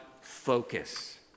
focus